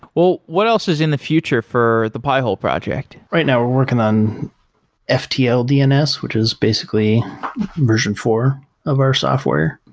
well, what else is in the future for the pi-hole project? right now we're working on ftl dns, which is basically version four of our software.